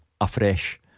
afresh